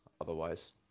otherwise